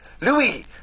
Louis